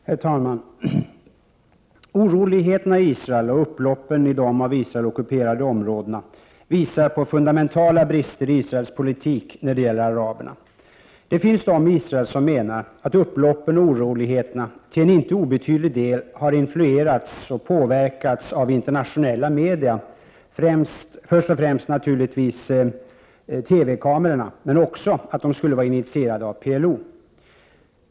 Herr talman! Oroligheterna i Israel och upploppen i de av Israel ockuperade områdena visar på fundamentala brister i Israels politik när det gäller araberna. Det finns de i Israel som menar att upploppen och oroligheterna till en inte obetydlig del har påverkats av internationella media, först och främst naturligtvis TV-kamerorna. Men oroligheterna skulle också, menar man, vara initierade av PLO.